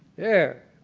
there.